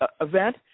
event